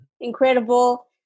Incredible